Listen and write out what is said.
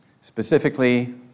Specifically